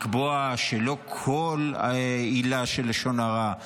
לקבוע שלא כל עילה של לשון הרע,